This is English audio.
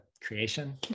creation